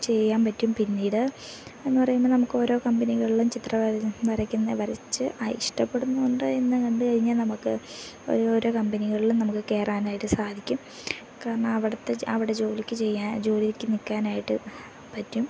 ചെയ്യാൻ പറ്റും പിന്നീട് എന്നു പറയുമ്പം നമുക്ക് ഓരോ കമ്പനികളും ചിത്രം വരയ്ക്കുന്നത് വരച്ചു അത് ഇഷ്ടപ്പെടുന്നുണ്ടോ എന്നു കണ്ട് കഴിഞ്ഞാൽ നമുക്ക് ഓരോരോ കമ്പനികളും നമുക്ക് കയറാനായിട്ട് സാധിക്കും കാരണം അവിടത്തെ അവിടെ ജോലിക്ക് ചെയ്യാൻ ജോലിക്ക് നിൽക്കാനായിട്ട് പറ്റും